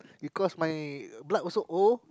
because my blood also O